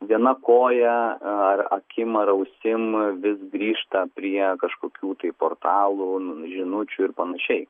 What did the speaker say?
viena koja ar akim ar ausim vis grįžta prie kažkokių tai portalų žinučių ir panašiai